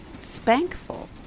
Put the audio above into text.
spankful